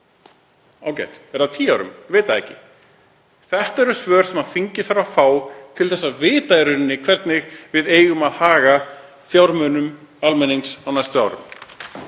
kannski á tíu árum? Veit það ekki. Þetta eru svör sem þingið þarf að fá til þess að vita í rauninni hvernig við eigum að fara með fjármuni almennings á næstu árum.